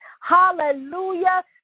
Hallelujah